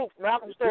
Malcolm